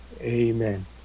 Amen